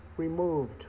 removed